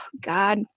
God